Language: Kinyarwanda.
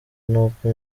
nuko